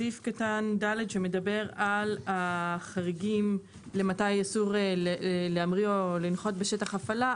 בסעיף קטן ד' שמדבר על החריגים למתי אסור להמריא או לנחות בשטח הפעלה,